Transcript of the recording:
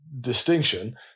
distinction